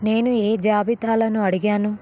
నేను ఏ జాబితాలను అడిగాను